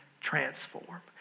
transform